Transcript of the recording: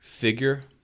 Figure